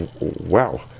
wow